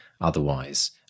otherwise